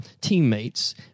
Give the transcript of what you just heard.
teammates